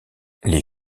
les